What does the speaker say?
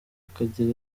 akigira